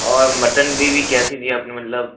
और mutton gravy कैसी दी आपने मतलब